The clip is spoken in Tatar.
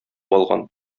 алган